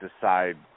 decide